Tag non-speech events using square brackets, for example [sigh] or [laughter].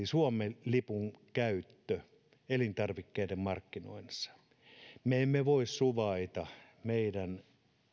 [unintelligible] suomen lipun käytöstä elintarvikkeiden markkinoinnissa kinkusta karitsaan me emme voi suvaita meidän